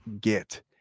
get